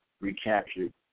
recaptured